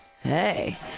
hey